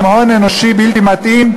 והם הון אנושי בלתי מתאים,